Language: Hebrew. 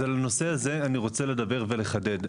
אז על הנושא הזה אני רוצה לדבר ולחדד,